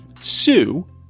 Sue